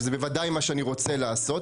שזה בוודאי מה שאני רוצה לעשות,